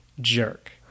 jerk